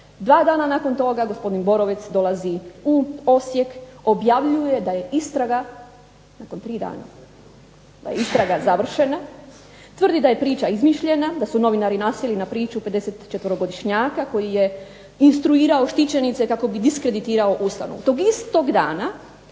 Dva dana nakon toga gospodin Borovec dolazi u Osijek objavljuje da je istraga nakon tri dana da je istraga završena. Tvrdi da je priča izmišljena da su novinari nasjeli na priču 54-njaka koji je instruirao štićenice kako bi diskreditirao ustanovu. Tog istog dana